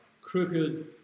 crooked